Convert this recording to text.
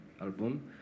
album